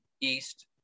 east